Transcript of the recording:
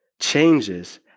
changes